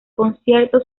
concierto